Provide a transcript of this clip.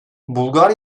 bulgar